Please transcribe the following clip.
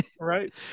right